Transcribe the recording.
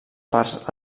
parts